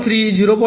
3 0